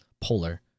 polar